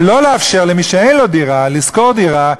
ולא לאפשר למי שאין לו דירה לשכור דירה.